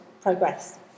progress